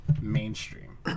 mainstream